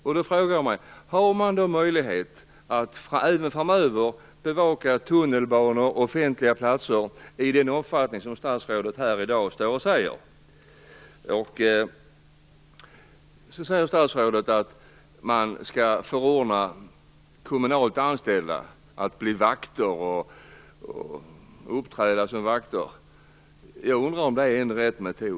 Då frågar jag mig: Har man möjlighet att även i framtiden bevaka tunnelbanor och offentliga platser i den omfattning som statsrådet talar om här i dag? Statsrådet säger att man skall förordna kommunalt anställda till vakter, och att de skall uppträda som sådana. Jag undrar om det är rätt metod.